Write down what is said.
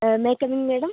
may I come in madam